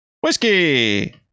Whiskey